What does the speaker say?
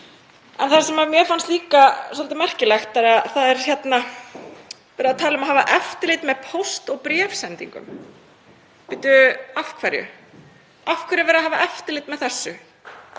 En það sem mér fannst líka svolítið merkilegt er að það er verið að tala um að hafa eftirlit með póst- og bréfsendingum. Af hverju? Af hverju er verið að hafa eftirlit með þessu?